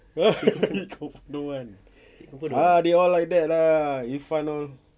why confirm don't want ah they all like that ah irfan all